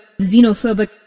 Xenophobic